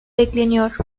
bekleniyor